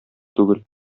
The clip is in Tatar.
түгел